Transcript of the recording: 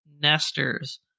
Nesters